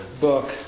book